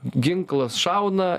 ginklas šauna